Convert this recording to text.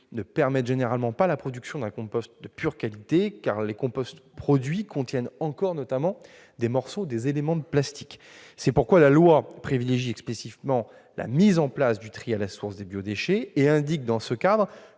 ne permettent généralement pas la production d'un compost de qualité pure : les composts produits contiennent encore, notamment, des morceaux de plastique. C'est pourquoi la loi privilégie explicitement la mise en place du tri à la source des biodéchets et indique, dans ce cadre,